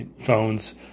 Phones